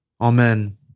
Amen